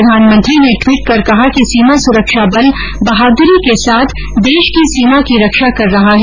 प्रधानमंत्री ने ट्वीट कर कहा कि सीमा सुरक्षा बल बहादुरी के साथ देश की सीमा की रक्षा कर रहा है